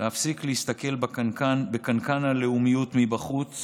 להפסיק להסתכל בקנקן הלאומיות מבחוץ